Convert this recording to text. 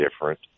different